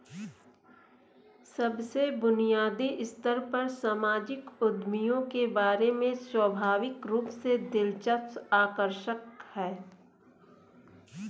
सबसे बुनियादी स्तर पर सामाजिक उद्यमियों के बारे में स्वाभाविक रूप से दिलचस्प आकर्षक है